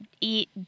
eat